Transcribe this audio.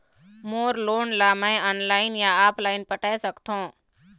मोर loan ला मैं online या ऑफलाइन पटाए सकथों?